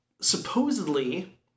supposedly